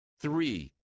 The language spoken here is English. Three